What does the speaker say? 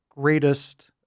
greatest